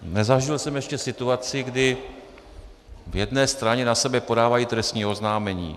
Nezažil jsem ještě situaci, kdy v jedné straně na sebe podávají trestní oznámení.